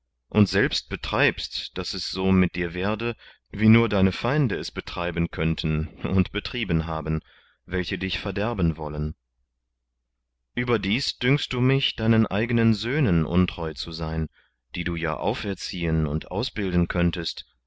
und selbst betreibst daß es so mit dir werde wie nur deine feinde es betreiben könnten und betrieben haben welche dich verderben wollen überdies dünkst du mich deinen eigenen söhnen untreu zu sein die du ja auferziehen und ausbilden könntest